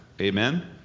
Amen